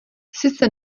sice